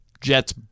Jets